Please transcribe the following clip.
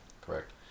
Correct